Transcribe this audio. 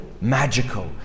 magical